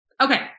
Okay